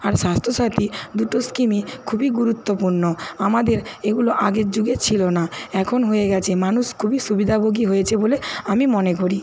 আর স্বাস্থ্য সাথি দুটো স্কিমই খুবই গুরুত্বপূর্ণ আমাদের এগুলো আগের যুগে ছিল না এখন হয়ে গেছে মানুষ খুবই সুবিধাভোগী হয়েছে বলে আমি মনে করি